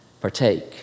partake